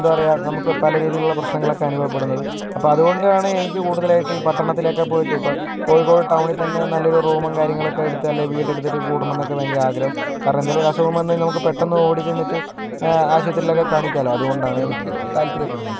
എന്താ പറയുക നമുക്ക് പല രീതിയിലുള്ള പ്രശ്നങ്ങളൊക്കെ അനുഭവപ്പെടുന്നത് അപ്പോൾ അതുകൊണ്ടാണ് എനിക്ക് കൂടുതലായിട്ട് ഈ പട്ടണത്തിലേക്ക് പോയിട്ട് ഇപ്പോൾ കോഴിക്കോട് ടൗണിൽ തന്നെ നല്ലൊരു റൂമും കാര്യങ്ങളൊക്കെ എടുത്തത് അല്ലെ വീടെടുത്തിട്ട് കൂടണം എന്നൊക്കെ ഭയങ്കര ആഗ്രഹം കാരണം എന്തെങ്കിലും ഒരു അസുഖം വന്നാൽ നമുക്ക് പെട്ടെന്ന് ഓടി ചെന്നിട്ട് ആശുപത്രിയിലൊക്കെ കാണിക്കാമല്ലോ അതുകൊണ്ടാണ് എനിക്ക് താൽപര്യപ്പെടുന്നത്